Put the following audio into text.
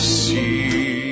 see